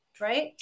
right